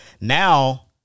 now